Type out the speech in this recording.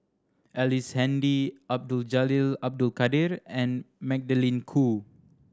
Ellice Handy Abdul Jalil Abdul Kadir and Magdalene Khoo